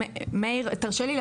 תרשה לי,